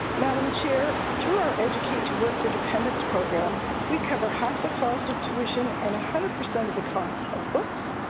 madam chair, through our educate to work for independence program we cover half the cost of tuition and a hundred percent of the costs of books,